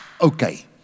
Okay